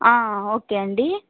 okay అండి